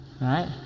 right